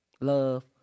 Love